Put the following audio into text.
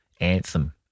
anthem